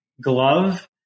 Glove